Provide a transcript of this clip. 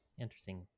interesting